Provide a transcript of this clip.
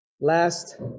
last